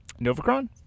Novacron